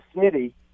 City